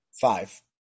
Five